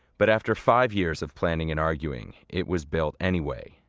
but after five years of planning and arguing, it was built anyway.